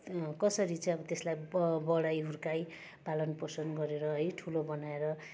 कसरी चाहिँ अब त्यसलाई ब बढाई हुर्काई पालनपोषण गरेर है ठुलो बनाएर